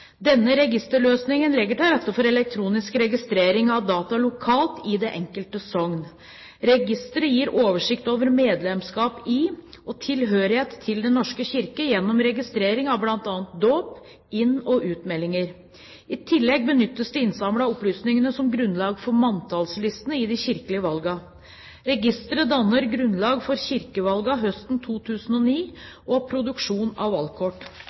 Denne registerløsningen legger til rette for elektronisk registrering av data lokalt i det enkelte sokn. Registeret gir oversikt over medlemskap i og tilhørighet til Den norske kirke gjennom registrering av bl.a. dåp, innmeldinger og utmeldinger. I tillegg benyttes de innsamlede opplysningene som grunnlag for manntallslistene i de kirkelige valgene. Registeret dannet grunnlaget for kirkevalgene høsten 2009 og produksjonen av valgkort.